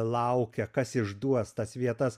laukia kas išduos tas vietas